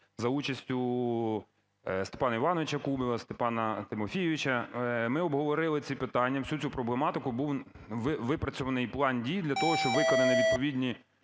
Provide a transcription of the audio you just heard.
за участю Степана ІвановичаКубіва, Степана Тимофійовича. Ми обговорили ці питання, всю цю проблематику, був випрацьований план дій, для того щоб виконані відповідні